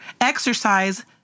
exercise